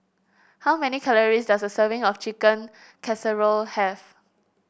how many calories does a serving of Chicken Casserole have